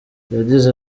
yagize